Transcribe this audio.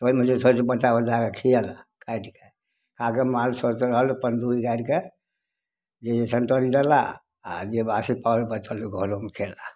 ओइमे से थोड़ेक बचा बचा खियेला खाइत गेल आगे माल छोट रहल अपन दूध गारि कए जे सेन्टरो पर देलाह आ जे बासी बचल हइ ओ घरमे खेलाह